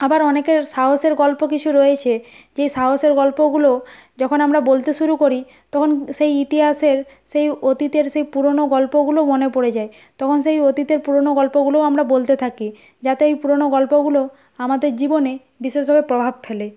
আবার অনেকের সাহসের গল্প কিছু রয়েছে যেই সাহসের গল্পগুলো যখন আমরা বলতে শুরু করি তখন সেই ইতিহাসের সেই অতীতের সেই পুরোনো গল্পগুলো মনে পড়ে যায় তখন সেই অতীতের পুরোনো গল্পগুলোও আমরা বলতে থাকি যাতে ওই পুরোনো গল্পগুলো আমাদের জীবনে বিশেষভাবে প্রভাব ফেলে